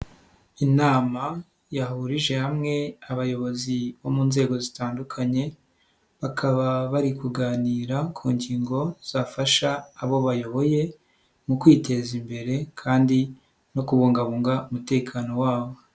Inama yahurije hamwe abayobozi bo mu nzego zitandukanye, bakaba bari kuganira ku ngingo zafasha abo bayoboye, mu kwiteza imbere kandi no kubungabunga umutekano wabo.